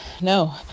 no